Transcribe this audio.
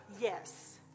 yes